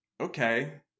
okay